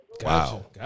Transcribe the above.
Wow